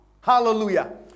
hallelujah